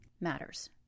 matters